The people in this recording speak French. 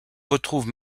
retrouve